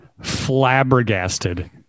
flabbergasted